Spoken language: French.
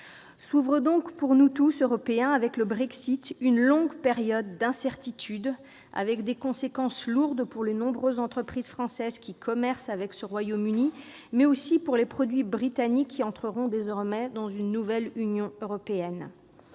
S'ouvre donc pour nous tous, Européens, une longue période d'incertitude, dont les conséquences seront lourdes pour les nombreuses entreprises françaises qui commercent avec le Royaume-Uni, mais aussi pour les produits britanniques, qui entreront désormais dans une nouvelle Union européenne.